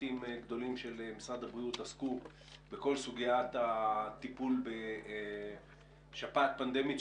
צוותים גדולים של משרד הבריאות עסקו בכל סוגיית הטיפול בשפעת פנדמית.